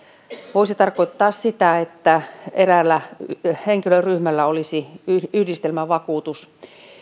voisi se tarkoittaa sitä että eräällä henkilöryhmällä olisi yhdistelmävakuutus